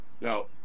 Now